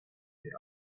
the